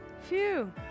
Phew